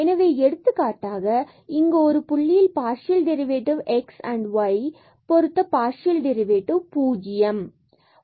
எனவே எடுத்துக்காட்டக இங்கு ஒரு புள்ளியில் partial derivative x and y பொருத்து பார்சியல் டெரிவேடிவ் 0 இங்கிருக்கும்